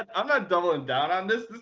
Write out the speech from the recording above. i'm not doubling down on this.